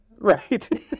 Right